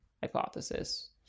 hypothesis